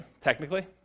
technically